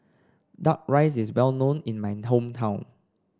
duck rice is well known in my hometown